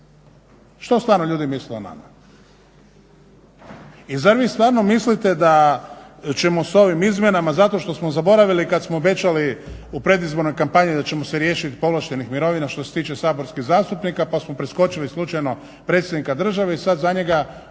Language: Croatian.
Što stvarno ljudi misle o nama. I zar vi stvarno mislite da ćemo s ovim izmjenama, zato što smo zaboravili kad smo obećali u predizbornoj kampanji da ćemo se riješiti povlaštenih mirovina što se tiče saborskih zastupnika pa smo preskočili slučajno predsjednika države i sad za njega